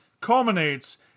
culminates